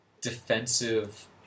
defensive